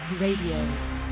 Radio